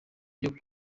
ryo